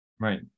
Right